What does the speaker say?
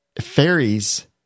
Fairies